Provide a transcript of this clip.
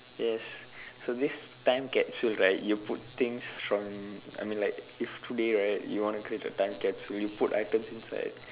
yes so this time capsule right you put things from I mean like if today right you want to create a time capsule you put items inside